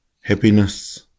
happiness